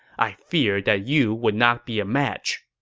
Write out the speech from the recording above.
i fear that you would not be a match.